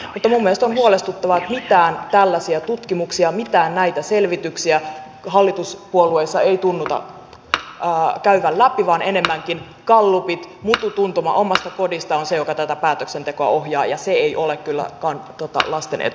mutta minun mielestäni on huolestuttavaa että mitään tällaisia tutkimuksia mitään näitä selvityksiä hallituspuolueissa ei tunnuta käyvän läpi vaan enemmänkin gallupit mutu tuntuma omista kodista on se joka tätä päätöksentekoa ohjaa ja se ei ole kyllä lasten etu